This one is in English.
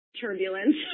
turbulence